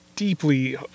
Deeply